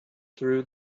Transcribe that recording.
through